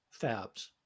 fabs